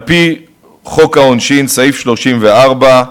על-פי חוק העונשין, סעיף 34,